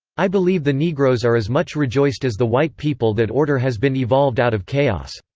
i believe the negroes are as much rejoiced as the white people that order has been evolved out of chaos.